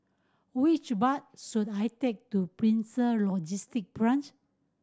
which bus should I take to Prison Logistic Branch